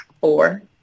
Four